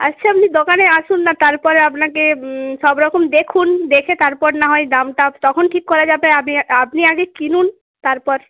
আচ্ছা আপনি দোকানে আসুন না তারপরে আপনাকে সবরকম দেখুন দেখে তারপর না হয় দামটা তখন ঠিক করা যাবে আপনি আগে কিনুন তারপর